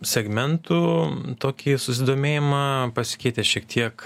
segmentų tokį susidomėjimą pasikeitė šiek tiek